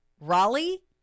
Raleigh